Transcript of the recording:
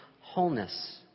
wholeness